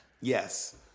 Yes